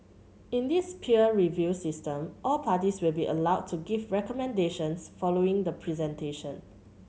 in this peer review system all parties will be allowed to give recommendations following the presentation